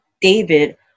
David